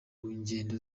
ngengo